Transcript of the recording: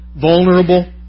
vulnerable